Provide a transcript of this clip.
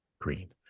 green